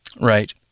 Right